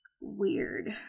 weird